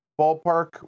ballpark